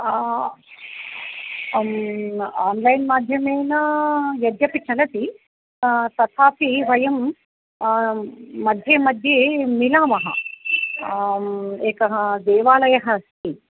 online माध्यमेन यद्यपि चलति तथापि वयं मध्ये मध्ये मिलामः एकः देवालयः अस्ति